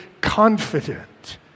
confident